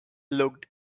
looked